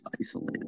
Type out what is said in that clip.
isolated